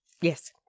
Yes